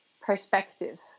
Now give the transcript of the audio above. perspective